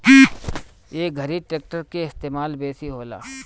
ए घरी ट्रेक्टर के इस्तेमाल बेसी होला